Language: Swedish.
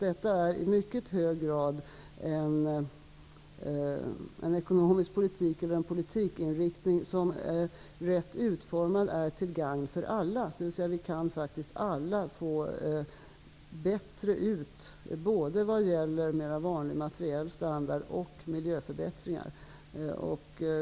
Detta är i mycket hög grad en politikinriktning som rätt utformad är till gagn för alla, dvs. vi kan faktiskt alla få det bättre både vad gäller vanlig materiell standard och vad gäller miljön.